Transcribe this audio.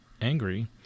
angry